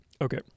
Okay